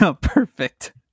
Perfect